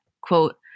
Quote